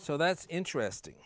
so that's interesting